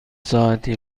ساعتی